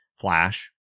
Flash